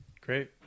Great